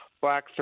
black